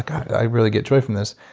i really get joy from this.